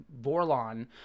Vorlon